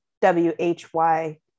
W-H-Y